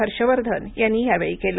हर्षवर्धन यांनी यावेळी केलं